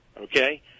Okay